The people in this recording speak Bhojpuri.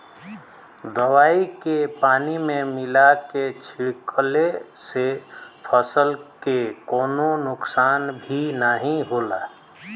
दवाई के पानी में मिला के छिड़कले से फसल के कवनो नुकसान भी नाहीं होला